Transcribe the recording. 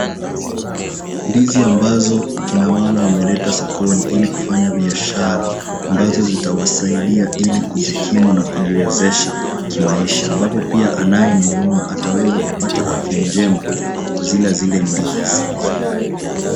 Ndizi ambazo kina mama wameleta sokoni ili kufanya biashara ambazo zitawasaidia ili kujikimu na kujiwezesha kimaisha , ambapo pia anayenunua ataweza kupata afya njema kwa kuzila zile ndizi vizuri.